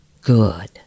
good